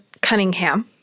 Cunningham